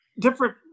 different